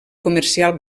comercial